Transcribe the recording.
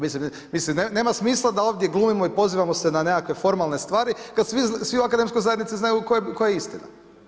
Mislim, nema smisla da ovdje glumimo i pozivamo se na nekakve formalne stvari kada svi u akademskoj zajednici znaju koja je istina.